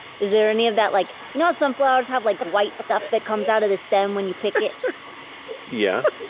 is there any of that, like, you know how some flowers have like white stuff that comes out of the stem when you pick yeah.